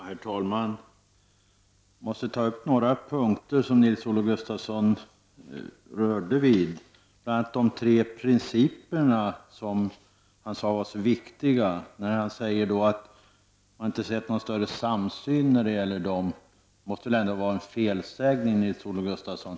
Herr talman! Jag vill ta upp några punkter som Nils-Olof Gustafsson berörde, bl.a. de tre principer som han sade var så viktiga. Han hade inte märkt någon större samsyn när det gäller dessa principer, sade han. Det måste väl ändå vara en felsägning, Nils-Olof Gustafsson.